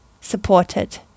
supported